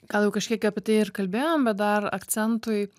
gal jau kažkiek apie tai ir kalbėjom bet dar akcentui